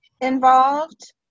involved